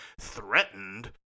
threatened